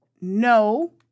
no